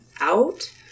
out